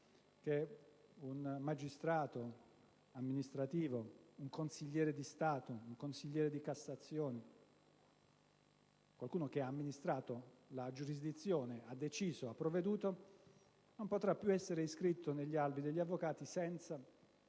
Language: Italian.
un magistrato amministrativo, un consigliere di Stato o di Cassazione, qualcuno che ha amministrato la giurisdizione, che ha deciso e ha provveduto non potrà più essere iscritto negli albi degli avvocati senza